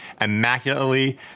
immaculately